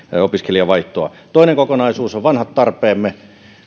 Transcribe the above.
opiskelijavaihtoa toinen kokonaisuus on vanhat tarpeemme